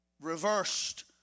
reversed